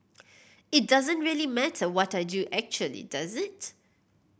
it doesn't really matter what I do actually does it